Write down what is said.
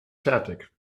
fertig